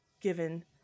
given